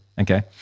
Okay